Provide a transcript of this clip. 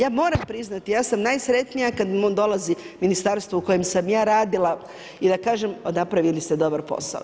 Ja moram priznati, ja sam najsretnija kad dolazi ministarstvo u kojem sam ja radila i da kažem napravili ste dobar posao.